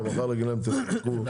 ואחר כך להגיד להן: תתפרקו.